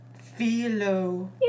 Philo